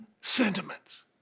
sentiments